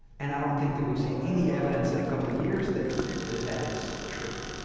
and i don't think that we've seen any evidence in a couple of years that that that is true.